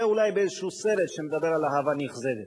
זה אולי באיזשהו סרט שמדבר על אהבה נכזבת.